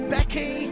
Becky